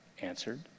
answered